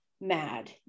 mad